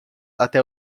até